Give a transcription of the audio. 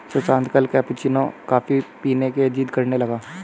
सुशांत कल cappuccino coffee पीने की जिद्द करने लगा